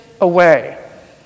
away